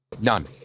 None